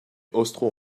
austro